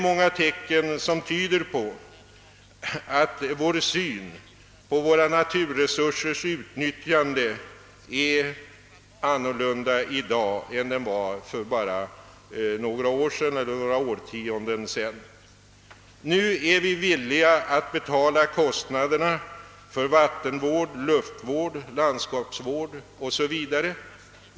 Många tecken tyder på att vår syn på våra naturresursers utnyttjande är en annan i dag än för några årtionden sedan. Nu är vi villiga att betala kostnaderna för vattenvård, luftvård, landskapsvård o.s.v.